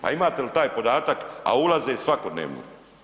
Pa imate li taj podatak, a ulaze svakodnevno?